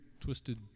twisted